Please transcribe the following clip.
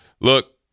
look